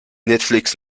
netflix